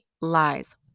lies